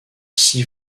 six